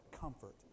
comfort